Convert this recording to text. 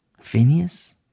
Phineas